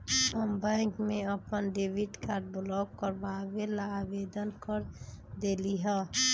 हम बैंक में अपन डेबिट कार्ड ब्लॉक करवावे ला आवेदन कर देली है